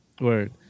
word